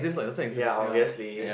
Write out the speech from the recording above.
ya obviously